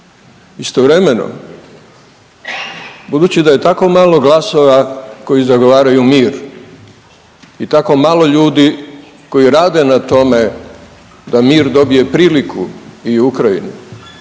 Istovremeno, budući da je tako malo glasova koji zagovaraju mir i tako malo ljudi koji rade na tome da mir dobije priliku i u Ukrajini,